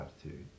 attitude